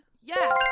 Yes